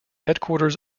headquarters